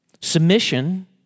Submission